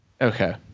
Okay